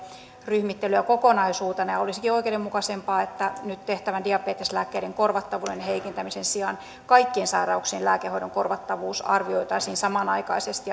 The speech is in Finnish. ryhmittelyä kokonaisuutena ja olisikin oikeudenmukaisempaa että nyt tehtävän diabeteslääkkeiden korvattavuuden heikentämisen sijaan kaikkien sairauksien lääkehoidon korvattavuus arvioitaisiin samanaikaisesti